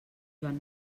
joan